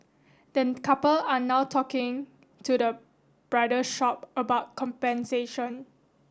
the couple are now talking to the bridal shop about compensation